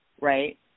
right